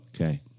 Okay